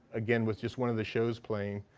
again, with just one of the shows playing.